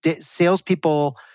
salespeople